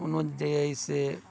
कोनो जैसे